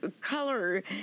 color